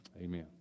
Amen